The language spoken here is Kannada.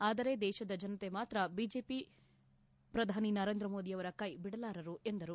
ಆದರೆ ದೇಶದ ಜನತೆ ಮಾತ್ರ ಬಿಜೆಪಿ ಪ್ರಧಾನಿ ನರೇಂದ್ರ ಮೋದಿಯವರ ಕೈ ಬಿಡಲಾರರು ಎಂದರು